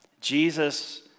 Jesus